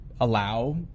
allow